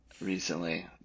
recently